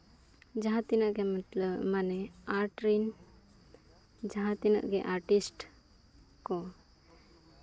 ᱡᱟᱦᱟᱸ ᱛᱤᱱᱟᱹᱜ ᱜᱮ ᱢᱟᱱᱮ ᱟᱨᱴ ᱨᱮᱱ ᱡᱟᱦᱟᱸ ᱛᱤᱱᱟᱹᱜ ᱜᱮ ᱟᱨᱴᱤᱥᱴ ᱠᱚ